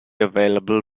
available